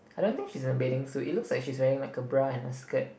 I don't think she's in a bathing suit it looks like she's wearing like a bra and a skirt